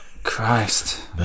Christ